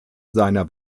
seiner